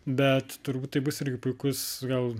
bet turbūt tai bus irgi puikus gal